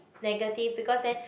negative because then